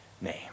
name